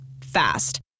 Fast